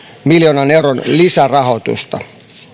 miljoonan euron lisärahoitusta